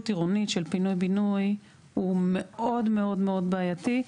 עירונית של פינוי בינוי הוא מאוד מאוד בעייתי.